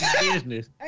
business